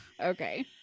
Okay